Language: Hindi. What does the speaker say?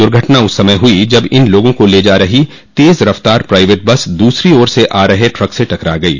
द्र्घटना उस समय हुई जब इन लोगों को ले जा रही तेज रफ्तार प्राइवेट बस दूसरी ओर से आ रहे ट्रक से टकरा गयी